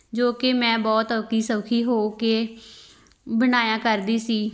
ਜੋ ਕਿ ਮੈਂ ਬਹੁਤ ਔਖੀ ਸੌਖੀ ਹੋ ਕੇ ਬਣਾਇਆ ਕਰਦੀ ਸੀ